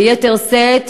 ביתר שאת,